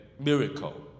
miracle